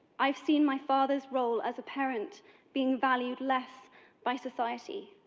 i have seen my father's role as a parent being valued less by society.